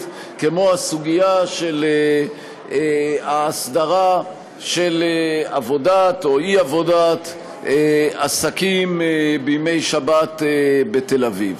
כמו הסוגיה של ההסדרה של עבודת או אי-עבודת עסקים בימי שבת בתל-אביב.